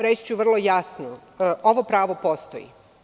Reći ću vrlo jasno, ovo pravo postoji.